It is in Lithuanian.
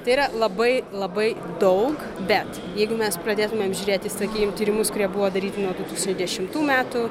tai yra labai labai daug bet jeigu mes pradėtumėm žiūrėti į sakykim tyrimus kurie buvo daryti nuo du tūkstančiai dešimtų metų